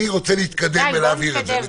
אני רוצה להתקדם ולהעביר את זה.